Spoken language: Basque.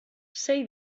sei